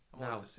Now